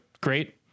great